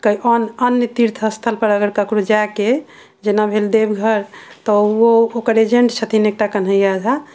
अन्य तीर्थ स्थल पर अगर ककरो जाय के अइ जेना भेल देवघर तऽ ओकर एजेंट छथिन एकटा कन्हैया झा